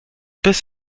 bis